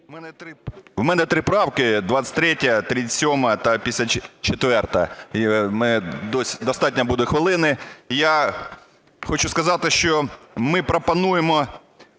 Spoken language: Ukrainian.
У мене три правки: 23-я, 37-а та 54-а, достатньо буде хвилини. Я хочу сказати, що ми пропонуємо